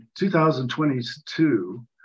2022